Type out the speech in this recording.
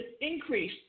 increase